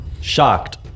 Shocked